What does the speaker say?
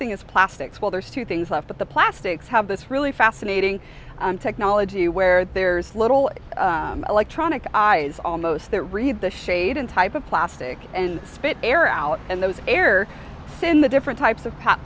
thing is plastics well there's two things left at the plastics have this really fascinating technology where there's little electronic eyes almost there read the shade in type of plastic and spit air out and those air in the different types of pot